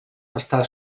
està